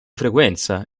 frequenza